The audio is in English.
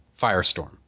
Firestorm